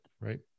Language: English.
Right